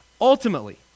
ultimately